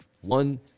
One